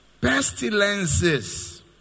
Pestilences